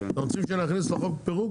אתם רוצים שנכניס לחוק פירוק